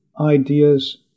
ideas